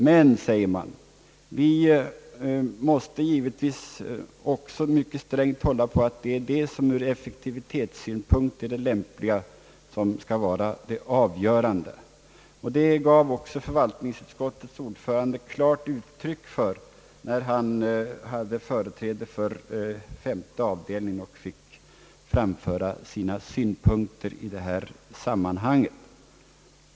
Men man säger samtidigt att man givetvis mycket strängt måste hålla på att det avgörande måste vara vad som är lämpligast ur effektivitetssynpunkt. Detta gav förvaltningsutskottets ordförande klart uttryck för när han hade företräde inför femte avdelningen och där fick framföra sina synpunkter på denna fråga.